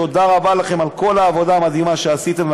תודה רבה לכם על כל העבודה המדהימה שעשיתם,